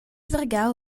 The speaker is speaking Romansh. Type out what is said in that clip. vargau